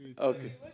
Okay